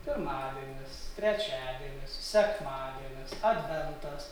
pirmadienis trečiadienis sekmadienis adventas